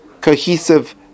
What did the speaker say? cohesive